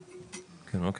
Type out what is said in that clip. כן, אוקי.